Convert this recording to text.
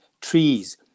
trees